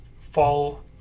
fall